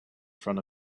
front